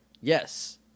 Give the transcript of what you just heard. Yes